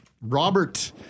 Robert